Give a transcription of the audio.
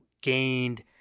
gained